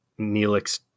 Neelix